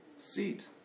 seat